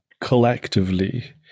collectively